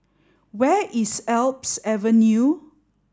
where is Alps Avenue